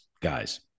guys